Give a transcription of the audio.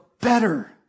better